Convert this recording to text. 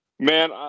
Man